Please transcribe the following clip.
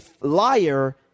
liar